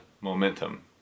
momentum